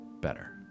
better